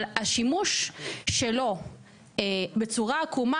אבל השימוש שלו בצורה עקומה,